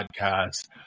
podcast